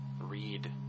read